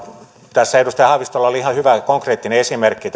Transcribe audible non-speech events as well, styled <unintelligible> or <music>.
tässä edustaja haavistolla oli ihan hyvä ja konkreettinen esimerkki <unintelligible>